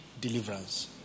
deliverance